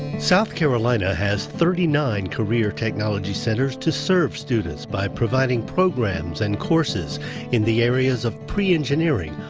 south carolina has thirty nine career technology centers to serve students by providing programs and courses in the areas of pre engineering,